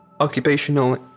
occupational